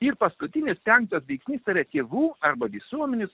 ir paskutinį tenka tikintis ir tėvų arba visuomenių